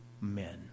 men